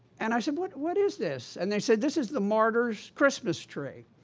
and i said what what is this? and they said this is the martyrs' christmas tree.